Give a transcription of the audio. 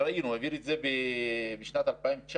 ראינו, העביר את זה בשנת 2019,